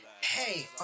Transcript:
hey